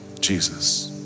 Jesus